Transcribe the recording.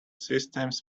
systems